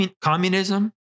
communism